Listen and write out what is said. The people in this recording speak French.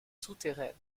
souterraine